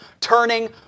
Turning